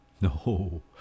no